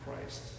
Christ